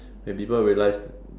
when people realise